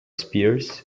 spears